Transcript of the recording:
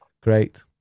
Great